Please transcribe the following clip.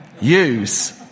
Use